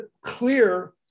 clear